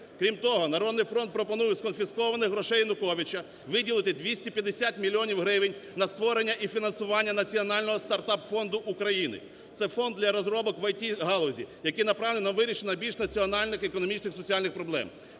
Крім того, "Народний фронт" пропонує, з конфіскованих грошей Януковича виділити 250 мільйонів гривень на створення і фінансування національного стартап-фонду України. Це фонд для розробок в ІТ-галузі, який направлений на вирішення найбільш національних економічних, соціальних проблем.